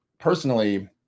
personally